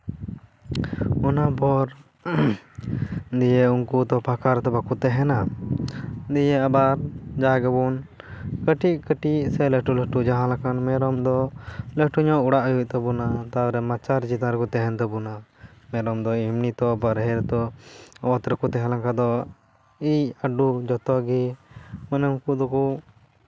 ᱚᱱᱟ ᱯᱚᱨ ᱫᱤᱭᱮ ᱩᱱᱠᱩ ᱛᱚ ᱯᱷᱟᱸᱠᱟ ᱨᱮᱛᱮ ᱵᱟᱠᱚ ᱛᱟᱦᱮᱱᱟ ᱫᱤᱭᱮ ᱟᱵᱟᱨ ᱡᱟ ᱜᱮᱵᱚᱱ ᱠᱟᱹᱴᱤᱡᱼᱠᱟᱹᱴᱤᱡ ᱥᱮ ᱞᱟᱹᱴᱩᱞᱟᱹᱴᱩ ᱡᱟᱦᱟᱸᱞᱮᱠᱟᱱ ᱢᱮᱨᱚᱢ ᱫᱚ ᱞᱟᱹᱴᱩ ᱧᱚᱜ ᱚᱲᱟᱜ ᱦᱩᱭᱩᱜ ᱛᱟᱵᱚᱱᱟ ᱛᱟᱯᱚᱨᱮ ᱢᱟᱪᱟ ᱪᱮᱛᱟᱱ ᱨᱮᱠᱚ ᱛᱟᱦᱮᱱ ᱛᱟᱵᱚᱱᱟ ᱮᱨᱚᱢ ᱫᱚ ᱮᱢᱱᱤ ᱛᱚ ᱵᱟᱨᱦᱮ ᱨᱮᱠᱚ ᱛᱟᱦᱮᱸ ᱞᱮᱱ ᱠᱷᱟᱡ ᱫᱚ ᱤᱡ ᱟᱰᱚ ᱡᱚᱛᱚ ᱜᱮ ᱢᱟᱱᱮ ᱩᱱᱠᱩ ᱫᱚᱠᱚ